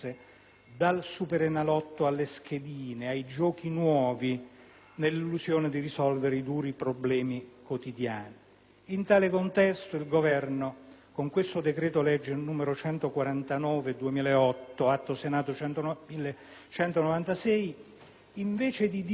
nell'illusione di risolvere i duri problemi quotidiani. In tale contesto, il Governo, con il decreto‑legge n. 149 del 2008, Atto Senato n. 1196, anziché disciplinare alcuni fenomeni di dipendenza dal gioco